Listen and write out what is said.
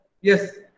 yes